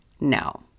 no